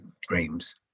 dreams